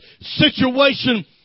situation